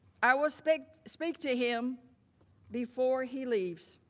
i will speak speak to him before he leaves.